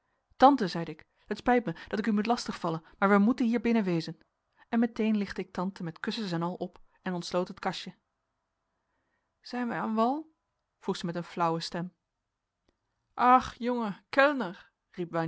tante zeide ik het spijt mij dat ik u moet lastig vallen maar wij moeten hier binnen wezen en meteen lichtte ik tante met kussens en al op en ontsloot het kastje zijn wij aan wal vroeg zij met een flauwe stem ach jounge kellner